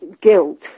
guilt